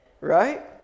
right